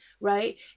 right